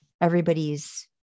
everybody's